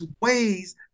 ways